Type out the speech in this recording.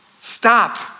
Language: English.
Stop